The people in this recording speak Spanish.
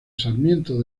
sarmiento